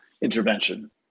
intervention